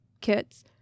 kits